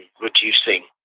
reducing